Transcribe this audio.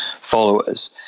followers